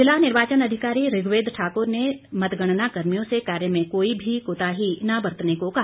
ज़िला निर्वाचन अधिकारी ऋग्वेद ठाकुर ने मतगणना कर्मियों से कार्य में कोई भी कोताही न बरतने को कहा